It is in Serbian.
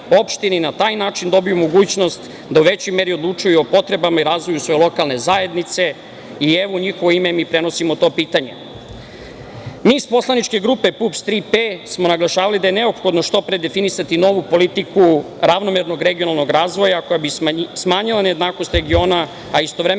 opštine i na taj način dobiju mogućnost da u većoj meri odlučuju o potrebama i razvoju svoje lokalne zajednice i, evo, u njihovo ime mi prenosimo to pitanje? Mi iz poslaničke grupe PUPS „Tri P“ smo naglašavali da je neophodno što pre definisati novu politiku ravnomernog regionalnog razvoja koja bi smanjila nejednakost regiona, a istovremeno